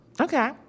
Okay